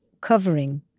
covering